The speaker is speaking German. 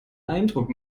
eindruck